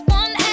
one